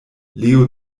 leo